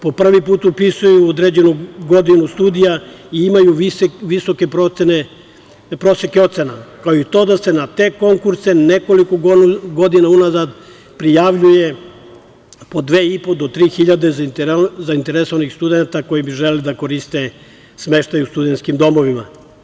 Po prvi put upisuju određenu godinu studija i imaju visoke proseke ocena, kao i to da se na te konkurse nekoliko godina unazad prijavljuje po dve i po do tri hiljade zainteresovanih studenata koji bi želeli da koriste smeštaj u studenskim domovima.